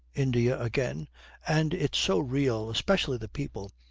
india again and it's so real, especially the people.